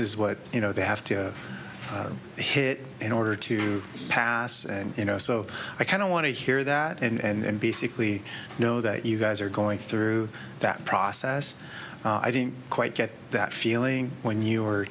is what you know they have to hit in order to pass and you know so i kind of want to hear that and basically know that you guys are going through that process i didn't quite get that feeling when you were